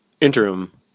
interim